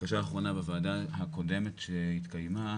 בקשה אחרונה: בוועדה הקודמת שהתקיימה,